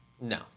No